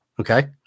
okay